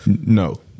No